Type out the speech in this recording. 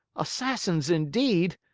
assassins indeed!